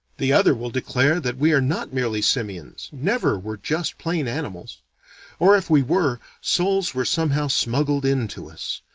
the other will declare that we are not merely simians, never were just plain animals or, if we were, souls were somehow smuggled in to us,